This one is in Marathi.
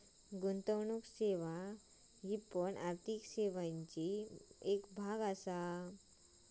गुंतवणुक सेवा हे पण आर्थिक सेवांचे भाग असत